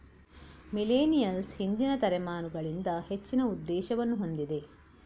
millennials ಹಿಂದಿನ ತಲೆಮಾರುಗಳಿಗಿಂತ ಹೆಚ್ಚಿನ ಉದ್ದೇಶವನ್ನು ಹೊಂದಿದೆ